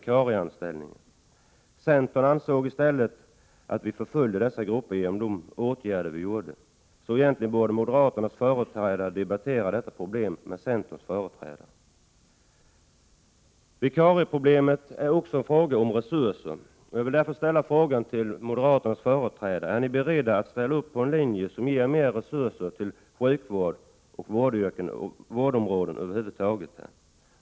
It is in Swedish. Centern ansåg i stället att vi förföljde dessa grupper genom de åtgärder vi vidtog, så egentligen borde moderaterna debattera detta problem med centerns företrädare. Vikarieproblemet är också en fråga om resurser. Jag vill därför ställa frågan till moderaternas företrädare: Är ni beredda att ställa upp på förslag som ger mer resurser till sjukvård och vårdområdet över huvud taget?